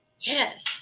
Yes